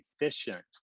efficient